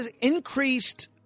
increased